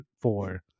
four